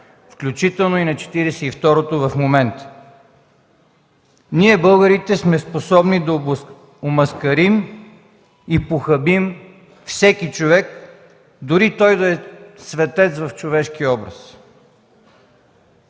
Народно събрание в момента. Българите сме способни да омаскарим и похабим всеки човек, дори той да е светец в човешки образ.